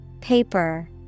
Paper